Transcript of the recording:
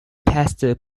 pasta